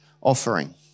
offering